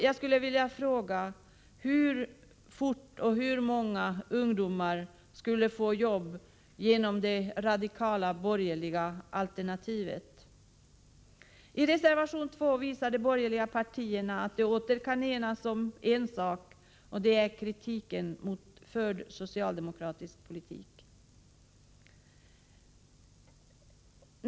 Jag skulle vilja fråga: Hur många ungdomar skulle få jobb och hur fort skulle det ske genom det radikala borgerliga alternativet? I reservation 2 visar de borgerliga partierna att de åter kan enas om en sak, och det gäller kritiken mot den förda socialdemokratiska politiken.